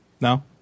no